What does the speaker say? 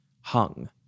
hung